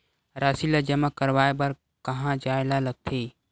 राशि ला जमा करवाय बर कहां जाए ला लगथे